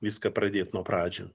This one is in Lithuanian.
viską pradėt nuo pradžių